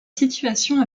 situation